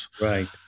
Right